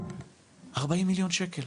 40 מיליון שקלים,